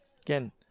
Again